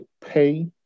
pay